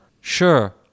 Sure